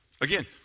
Again